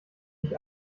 ich